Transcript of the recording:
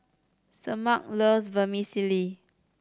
Semaj loves Vermicelli